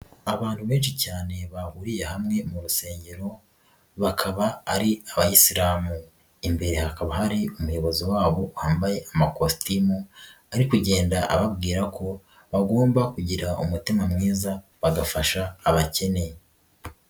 Abantu benshi cyane bahuriye hamwe mu rusengero, bakaba ari abayisilamu, imbere hakaba hari umuyobozi wabo wambaye amakositimu ari kugenda ababwira ko bagomba kugira umutima mwiza bagafasha abakene.